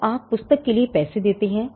तो आप पुस्तक के लिए पैसे देते हैं